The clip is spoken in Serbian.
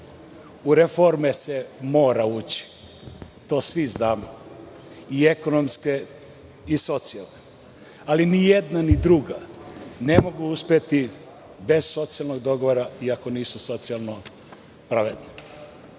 reforme se mora ući. To svi znamo. I ekonomske i socijalne, ali ni jedna ni druga ne mogu uspeti bez socijalnog dogovora i ako nisu socijalno